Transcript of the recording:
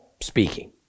speaking